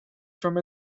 from